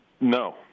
No